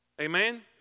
Amen